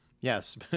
Yes